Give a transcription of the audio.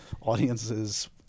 audiences